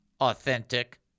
authentic